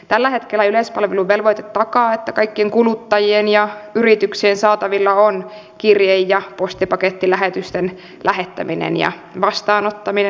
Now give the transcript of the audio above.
tällä hetkellä yleispalveluvelvoite takaa että kaikkien kuluttajien ja yrityksien saatavilla on kirje ja postipakettilähetysten lähettäminen ja vastaanottaminen